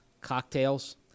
cocktails